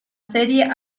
serie